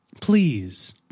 please